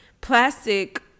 plastic